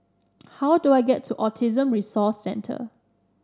how do I get to Autism Resource Centre